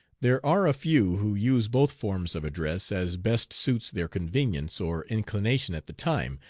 there are a few who use both forms of address as best suits their convenience or inclination at the time.